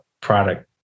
product